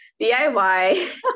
DIY